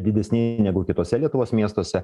didesni negu kituose lietuvos miestuose